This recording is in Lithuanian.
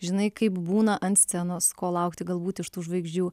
žinai kaip būna ant scenos ko laukti galbūt iš tų žvaigždžių